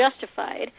justified